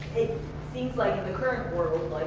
it seems like, in the current world,